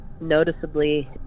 noticeably